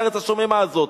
את הארץ השוממה הזאת.